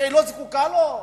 שלא זקוקה לו?